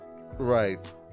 Right